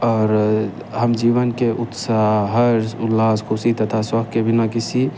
और हम जीवन के उत्साह हर्ष उल्लास ख़ुशी तथा शौक़ के बिना किसी